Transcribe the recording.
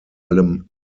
allem